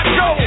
go